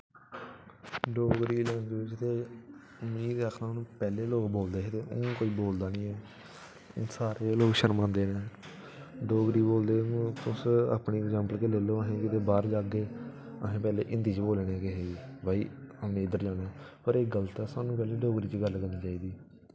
Dogri language दे पैह्लें बोलदे हे ते हून कोई बोलदा निं ऐ हून सारे जनें शरमांदे न ते डोगरी बोलदे तुस अपनी एगजैम्पल गै लेई लैओ जेल्लै तुस बाहर जाह्गे ते असें पैह्लें हिंदी च बोलनी कि भई पर एह् गलत ऐ स्हानू कैह्ली डोगरी च गल्ल करनी निं चाहिदी